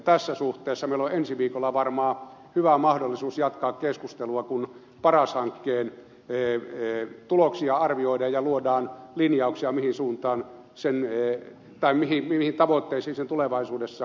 tässä suhteessa meillä on ensi viikolla varmaan hyvä mahdollisuus jatkaa keskustelua kun paras hankkeen tuloksia arvioidaan ja luodaan linjauksia mihin tavoitteisiin sen tulevaisuudessa tulisi suunnata